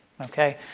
Okay